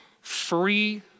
free